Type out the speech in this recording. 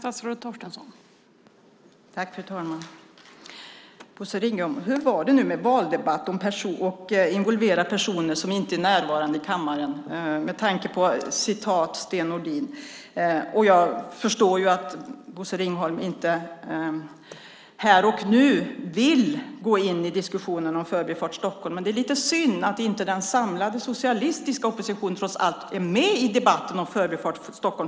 Fru talman! Hur var det nu med valdebatter och att inte involvera personer som inte är närvarande i kammaren, Bosse Ringholm? Jag tänker på Sten Nordin. Jag förstår att Bosse Ringholm inte här och nu vill gå in i diskussionen om Förbifart Stockholm. Det är lite synd att inte den samlade socialistiska oppositionen är med i debatten om Förbifart Stockholm.